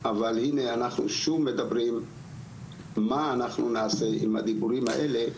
אבל הנה אנחנו שוב מדברים מה אנחנו נעשה עם הדיבורים האלה,